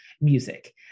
music